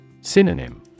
Synonym